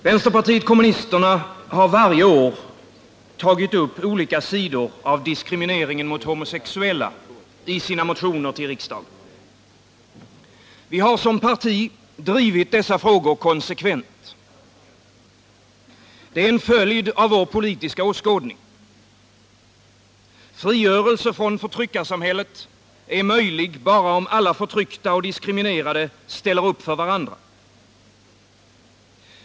Herr talman! Vpk har varje år tagit upp olika sidor av diskrimineringen mot homosexuella i sina motioner till riksdagen. Vi har som parti drivit dessa frågor konsekvent. Det är en följd av vår politiska åskådning. Frigörelse från förtryckarsamhället är möjlig bara om alla förtryckta och diskriminerade ställer upp för varandra.